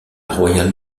royal